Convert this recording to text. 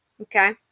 okay